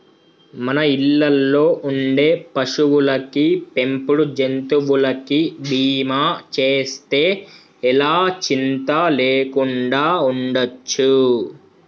మన ఇళ్ళల్లో ఉండే పశువులకి, పెంపుడు జంతువులకి బీమా చేస్తే ఎలా చింతా లేకుండా ఉండచ్చు